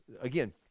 again